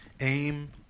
aim